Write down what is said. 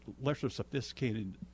lesser-sophisticated